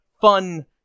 fun